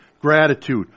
gratitude